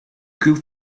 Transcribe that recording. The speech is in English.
group